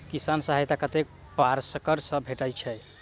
किसान सहायता कतेक पारकर सऽ भेटय छै?